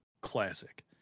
classic